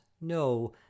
no